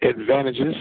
advantages